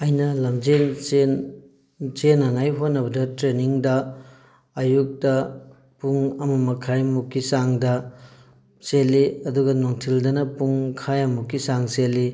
ꯑꯩꯅ ꯂꯝꯖꯦꯜ ꯆꯦꯟ ꯆꯦꯟꯅꯉꯥꯏ ꯍꯣꯠꯅꯕꯗ ꯇ꯭ꯔꯦꯟꯅꯤꯡꯗ ꯑꯌꯨꯛꯇ ꯄꯨꯡ ꯑꯃ ꯃꯈꯥꯏꯃꯨꯛꯀꯤ ꯆꯥꯡꯗ ꯆꯦꯜꯂꯤ ꯑꯗꯨꯒ ꯅꯨꯡꯊꯤꯜꯗꯅ ꯄꯨꯡꯈꯥꯏꯃꯨꯛꯀꯤ ꯆꯥꯡ ꯆꯦꯜꯂꯤ